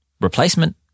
replacement